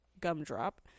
Gumdrop